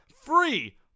free